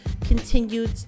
continued